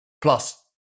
plus